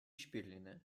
işbirliğine